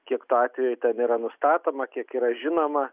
kiek tų atvejų ten yra nustatoma kiek yra žinoma